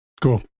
Cool